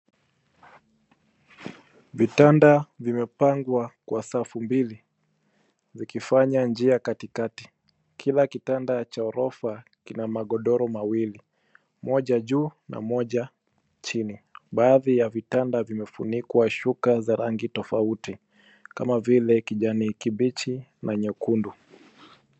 Vitanda vimepangwa kwa safu mbili zikifanya njia katikati. Kila kitanda cha ghorofa kina magodoro mawili, moja juu na moja chini. Baadhi ya vitanda vimefunikwa shuka za rangi tofauti kama vile kijani kibichi na nyekundu.